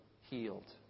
healed